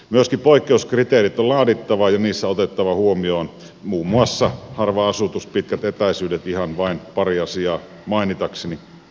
myöskin poikkeuskriteerit on laadittava ja niissä otettava huomioon muun muassa harva asutus pitkät etäisyydet ihan vain paria asiaa mainitakseni